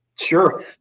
Sure